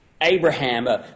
Abraham